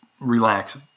relax